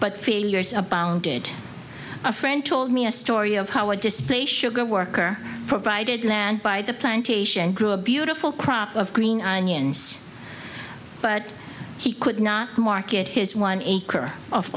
abounded a friend told me a story of how a display sugar worker provided land by the plantation grew a beautiful crop of green onions but he could not market his one acre of